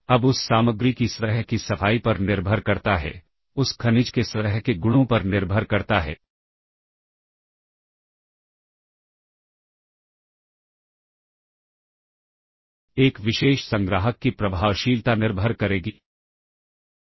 तो अगर पॉप और पुश की संख्याओं में मिसमैच होता है जैसे कि मैं अभी इन 2 को पॉप इंस्ट्रक्शन का इस्तेमाल करके पॉप करवाया और इसके बाद कोई और पॉप नहीं हुआ